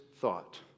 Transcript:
thought